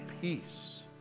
Peace